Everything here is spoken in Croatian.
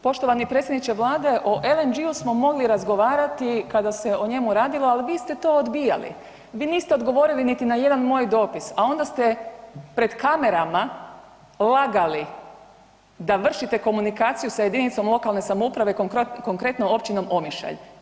Poštovani predsjedniče Vlade o LNG-u smo mogli razgovarati kada se o njemu radilo, ali vi ste to odbijali, vi niste odgovorili niti na jedan moj dopis, a onda ste pred kamerama lagali da vršite komunikaciju sa jedinicom lokalne samouprave konkretno općinom Omišalj.